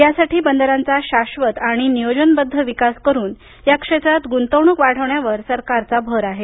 यासाठी बंदरांचा शाश्वत आणि नियोजनबद्ध विकास करून या क्षेत्रात गुंतवणूक वाढवण्यावर सरकारचा भर आहे